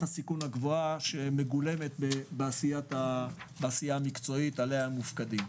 הסיכון הגבוהה שמגולמת בעשייה המקצועית עליה הם מופקדים.